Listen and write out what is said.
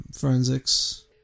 forensics